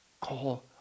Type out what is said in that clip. Call